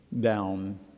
down